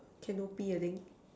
Canopy I think